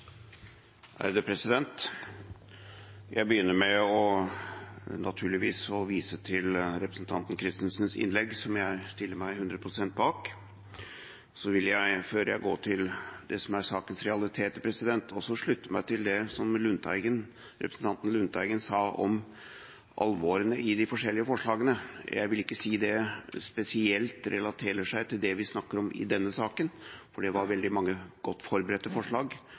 Jeg begynner naturligvis med å vise til representanten Christensens innlegg, som jeg stiller meg 100 pst. bak. Så vil jeg, før jeg går til sakens realiteter, også slutte meg til det som representanten Lundteigen sa om alvoret i de forskjellige forslagene. Jeg vil ikke si det spesielt relaterer seg til det vi snakker om i denne saken, for det var veldig mange godt forberedte forslag,